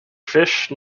fish